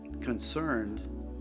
concerned